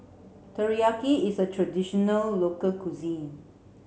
teriyaki is a traditional local cuisine